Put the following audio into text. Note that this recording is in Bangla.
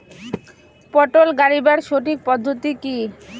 পটল গারিবার সঠিক পদ্ধতি কি?